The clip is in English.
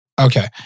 Okay